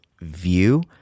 view